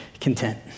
content